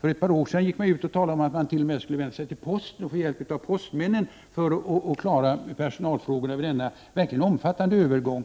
För ett par år sedan talades det t.o.m. om att posten skulle hjälpa till att klara personalfrågorna vid denna verkligen mycket omfattande övergång.